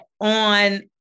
on